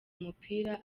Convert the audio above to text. umupira